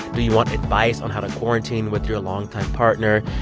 do you want advice on how to quarantine with your longtime partner?